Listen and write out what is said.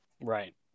Right